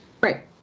Right